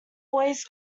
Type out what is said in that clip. always